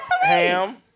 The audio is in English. Ham